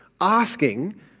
asking